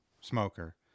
smoker